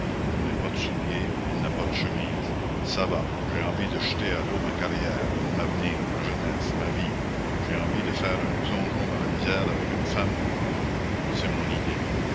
je n'ai pas de souliers elle n'a pas de chemise ça va j'ai envie de jeter à l'eau ma carrière mon avenir ma jeunesse ma vie j'ai envie de faire un plongeon dans la misère avec une femme au cou c'est mon idée